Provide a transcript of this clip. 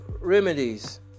remedies